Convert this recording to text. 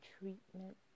treatment